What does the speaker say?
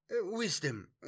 Wisdom